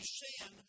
sin